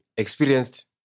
experienced